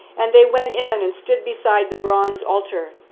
and they went in and stood beside the bronze altar.